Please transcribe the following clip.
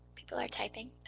people are typing.